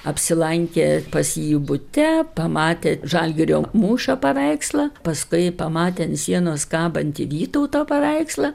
apsilankė pas jį bute pamatė žalgirio mūšio paveikslą paskui pamatė ant sienos kabantį vytauto paveikslą